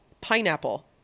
pineapple